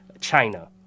China